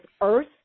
earth